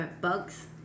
bugs